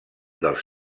dels